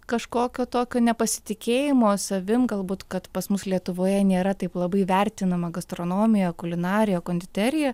kažkokio tokio nepasitikėjimo savim galbūt kad pas mus lietuvoje nėra taip labai vertinama gastronomija kulinarija konditerija